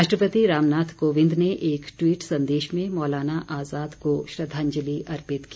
राष्ट्रपति रामनाथ कोंविद ने एक टवीट संदेश में मौलाना आजाद को श्रंद्वाजलि अर्पित की